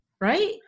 right